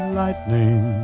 lightning